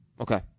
Okay